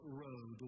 road